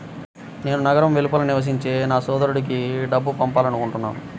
నేను నగరం వెలుపల నివసించే నా సోదరుడికి డబ్బు పంపాలనుకుంటున్నాను